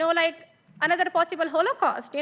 so like another possible holocaust. yeah